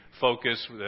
focus